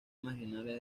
marginales